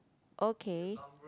okay